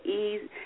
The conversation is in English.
ease